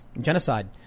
genocide